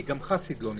כי גם חסיד לא נמצא.